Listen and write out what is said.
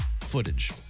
footage